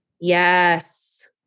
Yes